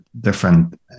different